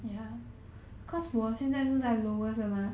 mm